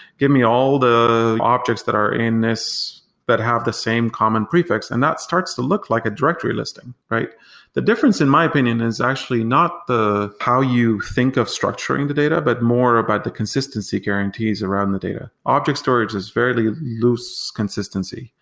give me all the objects that are in this that have the same common prefix, and that starts to look like a directory listing. the difference in my opinion is actually not how you think of structuring the data, but more about the consistency guarantees around the data. object storage is fairly loose consistency.